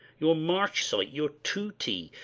your marchesite, your tutie,